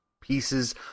pieces